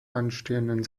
anstehenden